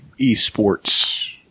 esports